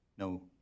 No